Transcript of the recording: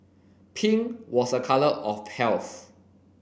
pink was a color of health